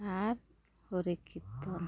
ᱟᱨ ᱦᱚᱨᱮ ᱠᱤᱨᱛᱚᱱ